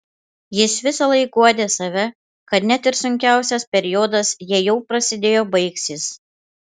jis visąlaik guodė save kad net ir sunkiausias periodas jei jau prasidėjo baigsis